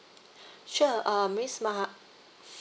sure uh miss ma~